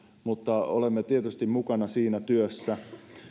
mutta olemme tietysti mukana siinä työssä